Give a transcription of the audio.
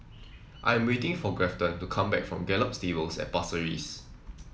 I am waiting for Grafton to come back from Gallop Stables at Pasir Ris